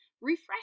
refresh